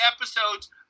episodes